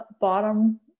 bottom